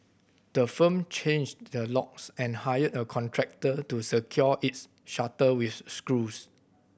the firm changed the locks and hired a contractor to secure its shutter with screws